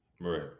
Right